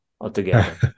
altogether